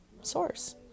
source